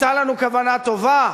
היתה לנו כוונה טובה?